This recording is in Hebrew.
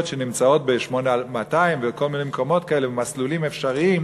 שנמצאות ב-8200 ובכל מיני מקומות כאלה ובמסלולים אפשריים,